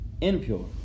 Impure